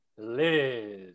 Liz